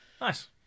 Nice